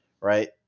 right